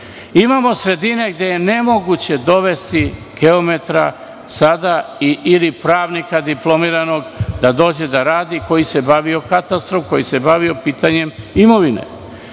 itd. Imamo sredine gde je nemoguće dovesti geometra sada ili pravnika diplomiranog, da dođe da radi, koji se bavio katastrom, koji se bavio pitanjem imovine.